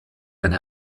eine